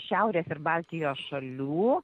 šiaurės ir baltijos šalių